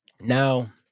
Now